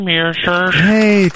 Hey